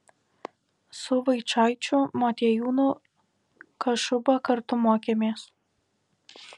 su vaičaičiu motiejūnu kašuba kartu mokėmės